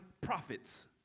profits